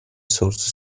source